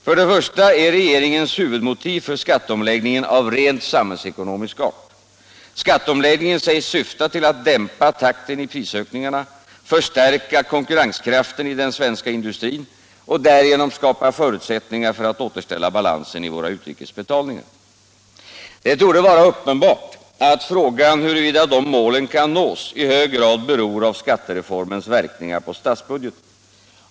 För det första är regeringens huvudmotiv för skatteomläggningen av rent samhällsekonomisk art. Skatteomläggningen sägs syfta till att dämpa takten i prisökningarna, förstärka konkurrenskraften i den svenska industrin och därigenom skapa förutsättningar för att återställa balansen i våra utrikes betalningar. Det torde vara uppenbart att frågan huruvida dessa mål kan nås i hög grad beror av skattereformens verkningar på statsbudgeten.